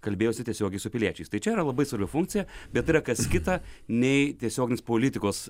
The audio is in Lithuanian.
kalbėjosi tiesiogiai su piliečiais tai čia yra labai svarbi funkcija bet yra kas kita nei tiesioginis politikos